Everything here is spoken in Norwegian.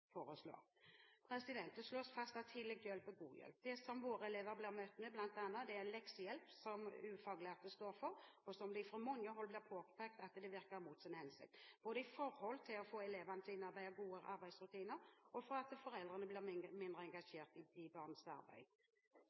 Det slås fast at tidlig hjelp er god hjelp. Det som våre elever blir møtt med, er bl.a. leksehjelp som ufaglærte står for. Det blir fra mange hold påpekt at den virker mot sin hensikt når det gjelder å få elevene til å innarbeide gode arbeidsrutiner, og at foreldrene blir mindre engasjert i barnets